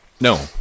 No